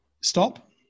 stop